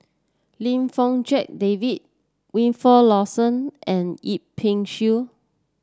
Lim Fong Jack David Wilfed Lawson and Yip Pin Xiu